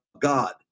God